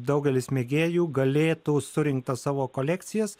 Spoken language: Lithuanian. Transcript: daugelis mėgėjų galėtų surinktas savo kolekcijas